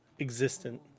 existent